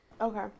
Okay